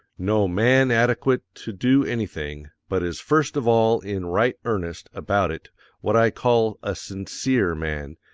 no man adequate to do anything, but is first of all in right earnest about it what i call a sincere man.